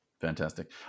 Fantastic